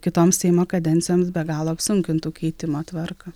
kitoms seimo kadencijoms be galo apsunkintų keitimo tvarką